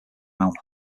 mount